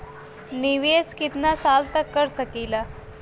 निवेश कितना साल तक कर सकीला?